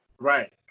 right